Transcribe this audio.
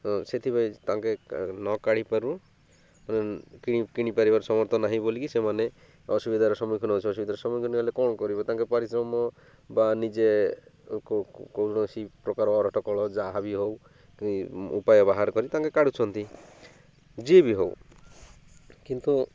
ସେଥିପାଇଁ ତାଙ୍କେ ନ କାଢ଼ିପାରୁ ମାନେ କିଣିପାରିବାର ସମର୍ଥ ନାହିଁ ବୋଲିକି ସେମାନେ ଅସୁବିଧାର ସମ୍ମୁଖୀନ ହେଉଛି ଅସୁିଧାର ସମ୍ମୁଖୀନ ହେ ହେଲେ କ'ଣ କରିବେ ତାଙ୍କେ ପରିିଶ୍ରମ ବା ନିଜେ କୌଣସି ପ୍ରକାର ଅରଟକଳ ଯାହା ବିି ହେଉ କି ଉପାୟ ବାହାର କରି ତାଙ୍କେ କାଢ଼ୁଛନ୍ତି ଯିଏ ବି ହେଉ କିନ୍ତୁ